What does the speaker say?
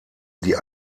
die